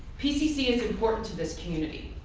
pcc is important to this community.